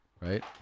right